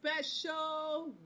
special